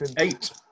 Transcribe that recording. Eight